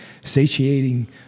satiating